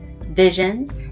visions